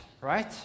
right